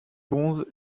bronze